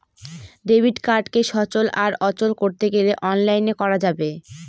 debit কার্ডকে সচল আর অচল করতে গেলে অনলাইনে করা যাবে